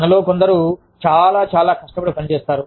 మనలో కొందరు చాలా చాలా కష్టపడి పనిచేస్తారు